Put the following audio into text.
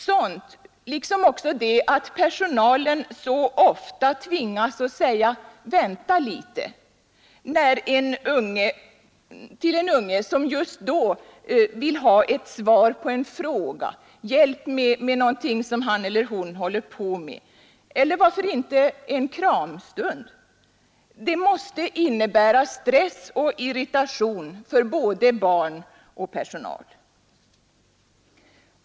Sådant, liksom att personalen ofta tvingas att säga ”vänta lite” till en unge som just då vill ha svar på en fråga, hjälp med någonting som han eller hon håller på med eller varför inte en kramstund, måste innebära stress och irritation för både barn och personal.